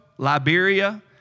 Liberia